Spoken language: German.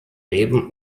leben